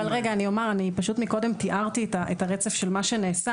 רגע, אני אומר, מקודם תיארתי את הרצף של מה שנעשה.